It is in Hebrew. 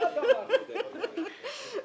סעיף 82 עוסק בערעור.